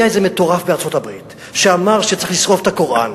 היה איזה מטורף בארצות-הברית שאמר שצריך לשרוף את הקוראן.